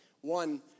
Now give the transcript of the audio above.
one